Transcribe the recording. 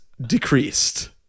decreased